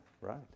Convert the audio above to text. right